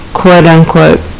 quote-unquote